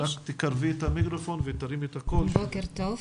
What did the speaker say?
בוקר טוב.